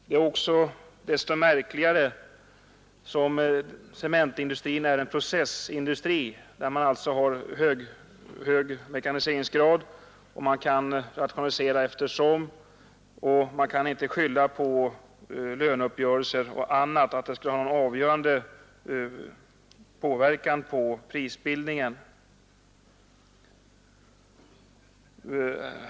Det är desto märkligare som cementindustrin är en processindustri, där man har hög mekaniseringsgrad och kan rationalisera efter hand. Man kan inte skylla på att löneuppgörelser och annat skulle ha någon avgörande inverkan på prisbildningen.